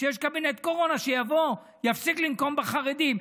כשיש קבינט קורונה, שיבוא, ויפסיק לנקום בחרדים.